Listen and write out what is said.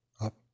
up